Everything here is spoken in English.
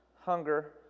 hunger